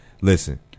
listen